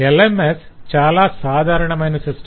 LMS చాలా సాధారణమైన system